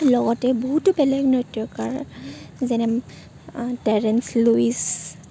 লগতে বহুতো বেলেগ নৃত্যকাৰ যেনে টেৰেঞ্চ লুইচ